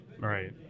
right